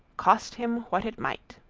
cost him what it might.